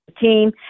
Team